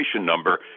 number